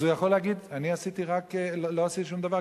אז הוא יכול להגיד: לא עשיתי שום דבר.